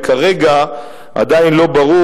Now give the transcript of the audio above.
וכרגע זה עדיין לא ברור.